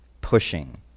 pushing